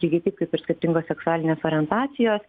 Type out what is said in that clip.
lygiai taip kaip ir skirtingos seksualinės orientacijos